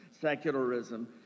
secularism